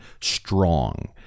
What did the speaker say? strong